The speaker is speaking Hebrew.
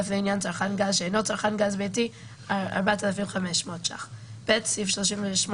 38(א) לעניין צרכן גז שאינו צרכן גז ביתי 4,500 סעיף 38(ב)